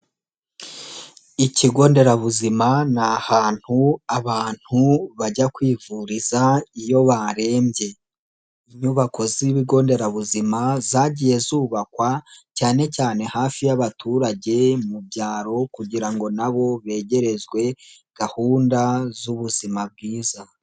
Ikigo nderabuzima ni ahantu abantu bajya kwivuriza iyo barembye, inyubako z'ibigo nderabuzima zagiye zubakwa cyane cyane hafi y'abaturage mu byaro kugira ngo na bo begerezwe gahunda z'ubuzima bwiza.